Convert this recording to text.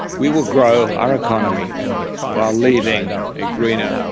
we will grow our economy while leaving a greener,